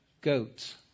goats